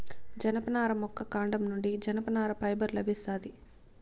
జనపనార మొక్క కాండం నుండి జనపనార ఫైబర్ లభిస్తాది